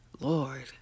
Lord